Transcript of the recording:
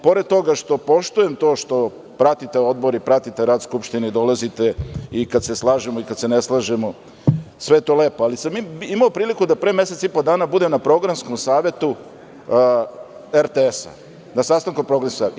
Pored toga što poštujem to što pratite Odbor i pratite rad Skupštine i dolazite i kad se slažemo i kad se ne slažemo, sve je to lepo, ali sam imao priliku da pre mesec i po dana budem na sastanku Programskog saveta RTS-a.